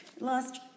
Last